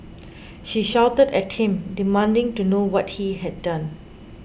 she shouted at him demanding to know what he had done